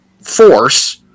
force